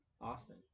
Austin